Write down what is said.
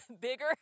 bigger